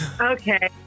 Okay